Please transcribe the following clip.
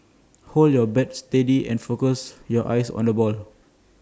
hold your bat steady and focus your eyes on the ball